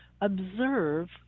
Observe